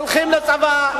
הולכים לצבא,